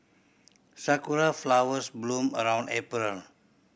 sakura flowers bloom around April